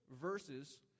verses